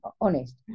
honest